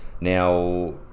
Now